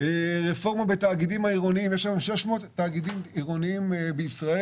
רפורמה בתאגידים עירוניים: יש 600 תאגידים עירוניים בישראל.